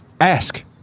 Ask